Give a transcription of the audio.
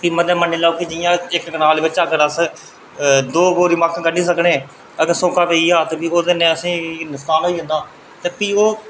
की मन्नी लैओ कि अगर इक्क कनाल च अस दौ बोरी मक्क कड्ढी सकने ते अगर सुक्का पेई जा ते भी असेंगी नुक्सान होई जंदा ते भी ओह्